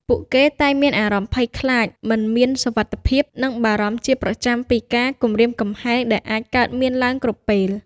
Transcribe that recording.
ពួកគេតែងមានអារម្មណ៍ភ័យខ្លាច មិនមានសុវត្ថិភាព និងបារម្ភជាប្រចាំពីការគំរាមកំហែងដែលអាចកើតមានឡើងគ្រប់ពេល។